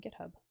github